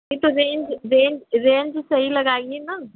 नहीं तो range range range सही लगाइए ना